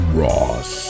ross